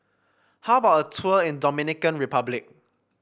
how about a tour in Dominican Republic